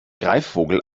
greifvogel